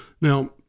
Now